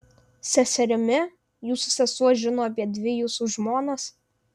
seserimi jūsų sesuo žino apie dvi jūsų žmonas